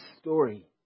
story